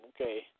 okay